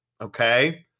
Okay